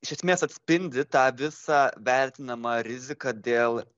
iš esmės atspindi tą visą vertinamą riziką dėl